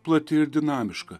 plati ir dinamiška